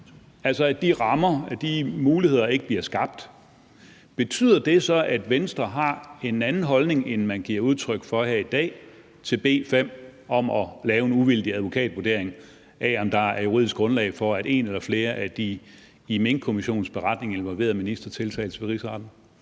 altså at de rammer, de muligheder ikke bliver skabt, betyder det så, at Venstre har en anden holdning til B 5, end man giver udtryk for her i dag, om at lave en uvildig advokatvurdering af, om der er juridisk grundlag for, at en eller flere af de i Minkkommissionens beretning involverede ministre tiltales ved Rigsretten?